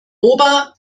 ober